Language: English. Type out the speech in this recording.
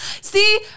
see